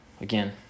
again